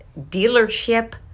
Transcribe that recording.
dealership